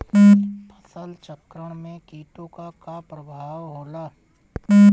फसल चक्रण में कीटो का का परभाव होला?